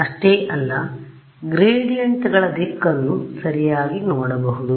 ಅಷ್ಟೇ ಅಲ್ಲ ಗ್ರೇಡಿಯಂಟ್ಗಳ ದಿಕ್ಕನ್ನು ಸರಿಯಾಗಿ ನೋಡಬಹುದು